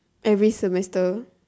every semester